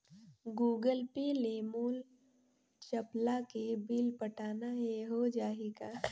Google Pay ले मोल चपला के बिल पटाना हे, हो जाही का?